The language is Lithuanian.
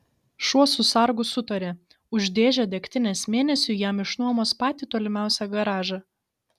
šuo su sargu sutarė už dėžę degtinės mėnesiui jam išnuomos patį tolimiausią garažą